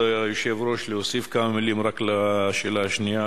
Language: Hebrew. היושב-ראש להוסיף כמה מלים לשאלה השנייה,